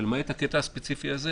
ולמעט הקטע הספציפי הזה,